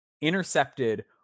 intercepted